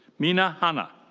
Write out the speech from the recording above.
mina hanna.